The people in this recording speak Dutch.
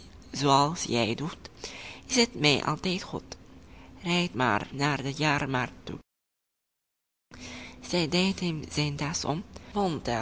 zooals jij doet is het mij altijd goed rijd maar naar de jaarmarkt toe zij deed hem zijn